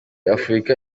afurika